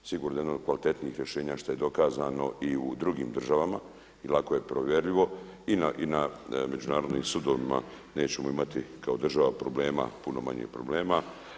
Sigurno da je jedno od kvalitetnijih rješenja što je dokazano i u drugim državama i lako je provjerljivo i na međunarodnim sudovima nećemo imati kao država problema, puno manje problema.